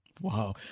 Wow